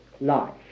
life